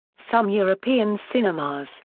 some european cinemas,